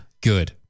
Good